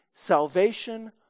Salvation